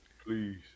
please